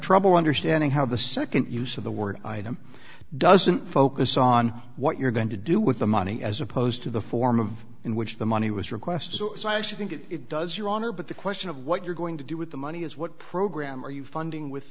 trouble understanding how the nd use of the word item doesn't focus on what you're going to do with the money as opposed to the form of in which the money was requested so i actually think it does your honor but the question of what you're going to do with the money is what program are you funding with